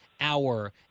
Hour